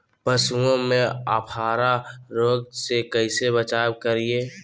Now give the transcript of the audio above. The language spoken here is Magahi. पशुओं में अफारा रोग से कैसे बचाव करिये?